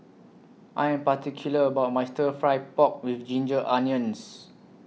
I Am particular about My Stir Fry Pork with Ginger Onions